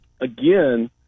again